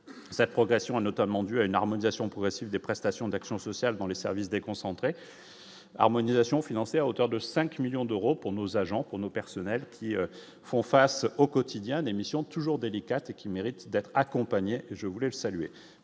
cette progression est notamment due à une harmonisation progressive des prestations d'action sociale dans les services déconcentrés harmonisation financé à hauteur de 5 millions d'euros pour nos agents pour nos personnels qui font face au quotidien émission toujours délicate qui mérite d'être accompagné, je voulais saluer,